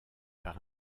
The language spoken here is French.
par